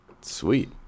Sweet